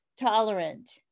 tolerant